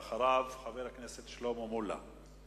אחריו, חבר הכנסת שלמה מולה.